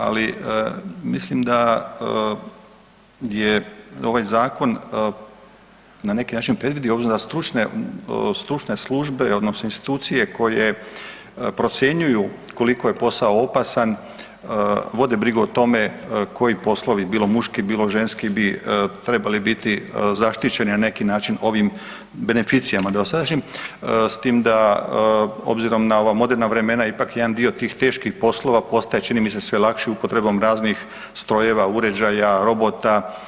Ali mislim da je ovaj zakon na neki način predvidio u odnosu na stručne službe odnosno institucije koje procjenjuju koliko je posao opasan, vode brigu o tome koji poslovi bilo muški, bilo ženski bi trebali biti zaštićeni na neki način ovim beneficijama dosadašnjim s tim da obzirom na ova moderna vremena ipak jedan dio tih teških poslova postaje čini mi se sve lakši upotrebom raznih strojeva, uređaja, robota.